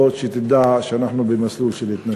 או שתדע שאנחנו במסלול של התנגשות.